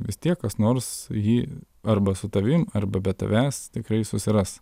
vis tiek kas nors jį arba su tavim arba be tavęs tikrai susiras